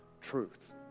truth